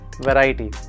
variety